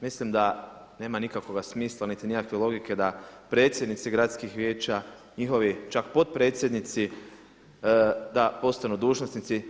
Mislim da nema nikakvoga smisla, niti nikakve logike da predsjednici gradskih vijeća, njihovi čak potpredsjednici da postanu dužnosnici.